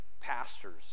pastors